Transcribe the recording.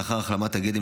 לאחר החלמת הגדם,